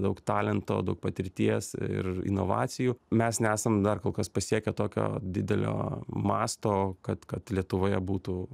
daug talento daug patirties ir inovacijų mes nesam dar kol kas pasiekę tokio didelio masto kad kad lietuvoje būtų